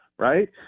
Right